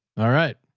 all right.